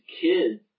kids